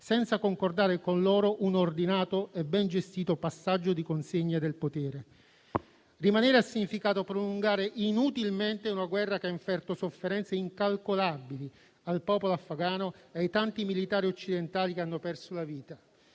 senza concordare con loro un ordinato e ben gestito passaggio di consegne del potere. Rimanere ha significato prolungare inutilmente una guerra che ha inferto sofferenze incalcolabili al popolo afghano e ai tanti militari occidentali che hanno perso la vita.